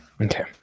Okay